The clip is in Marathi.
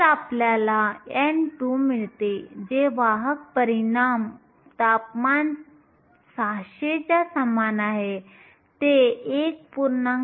तर आपल्याला n2 मिळते जे वाहक परिणाम तापमान 600 च्या समान आहे ते 1